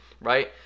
right